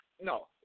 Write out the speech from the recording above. no